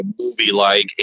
movie-like